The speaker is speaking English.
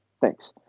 Thanks